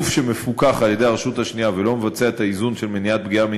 גוף שמפוקח על-ידי הרשות השנייה ולא מבצע את האיזון של מניעת עבירות